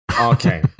Okay